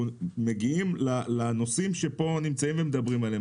מגיעים לנושאים שפה נמצאים ומדברים עליהם,